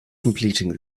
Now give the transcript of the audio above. completing